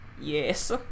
Yes